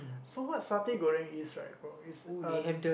so what satay Goreng is right is um